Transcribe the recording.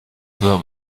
the